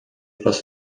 was